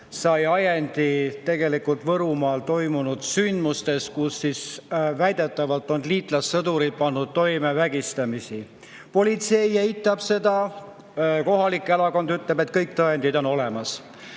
sai ajendi tegelikult Võrumaal toimunud sündmustest. Väidetavalt on liitlassõdurid pannud toime vägistamisi. Politsei eitab seda. Kohalik elanikkond ütleb, et kõik tõendid on olemas.